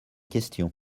questions